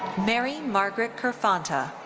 mary margaret kerfonta.